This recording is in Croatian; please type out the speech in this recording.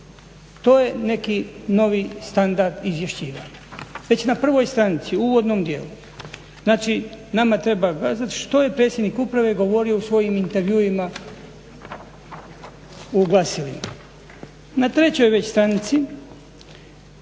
To je neki novi standard izvješćivanja. Već na prvoj stranici u uvodnom dijelu znači nama treba kazati što je predsjednik uprave govorio u svojim intervjuima u glasilima. Na trećoj već stranici